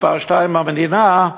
מספר שתיים במדינה,